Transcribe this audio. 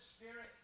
Spirit